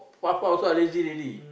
what far I also lazy already